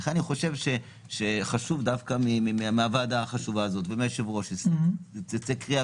ולכן אני חשוב שחשוב דווקא מהוועדה החשובה הזאת ומהיושב-ראש שתצא קריאה.